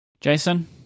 Jason